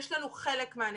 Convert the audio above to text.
יש לנו חלק מהנתונים.